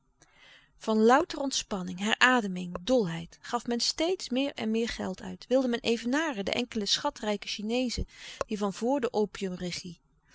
van louter ontspanning herademing dolheid gaf men steeds meer en meer geld uit wilde men evenaren de enkele schatrijke chineezen die van vor de opiumregie